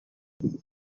din